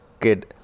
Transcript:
kid